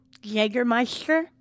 Jägermeister